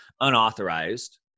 unauthorized